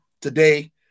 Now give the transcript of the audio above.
today